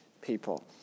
people